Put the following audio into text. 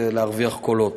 ולהרוויח קולות.